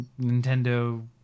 Nintendo